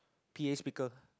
p_a speaker